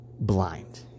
blind